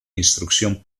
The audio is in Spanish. instrucción